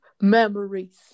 memories